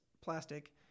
plastic